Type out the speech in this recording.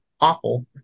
awful